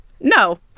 No